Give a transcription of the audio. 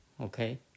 Okay